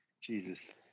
Jesus